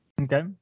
okay